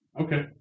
Okay